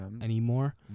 anymore